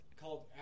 called